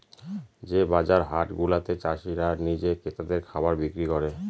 যে বাজার হাট গুলাতে চাষীরা নিজে ক্রেতাদের খাবার বিক্রি করে